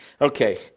Okay